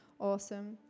Awesome